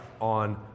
on